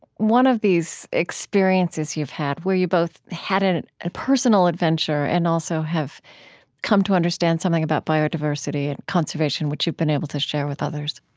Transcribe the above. one of these experiences you've had, where you both had a and personal adventure and also have come to understand something about biodiversity and conservation which you've been able to share with others